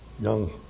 young